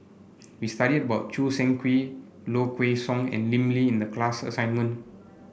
we studied about Choo Seng Quee Low Kway Song and Lim Lee in the class assignment